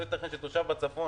לא ייתכן שתושב בצפון